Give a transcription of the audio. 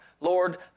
Lord